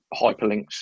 hyperlinks